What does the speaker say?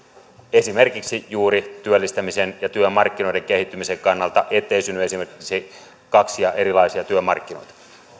esimerkiksi juuri työllistämisen ja työmarkkinoiden kehittymisen kannalta ettei synny esimerkiksi kaksia erilaisia työmarkkinoita